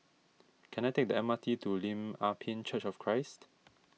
can I take the M R T to Lim Ah Pin Church of Christ